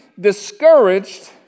discouraged